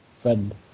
friend